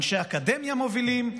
אנשי אקדמיה מובילים,